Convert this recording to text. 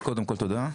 קודם כל תודה,